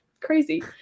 crazy